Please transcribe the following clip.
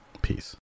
Peace